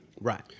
right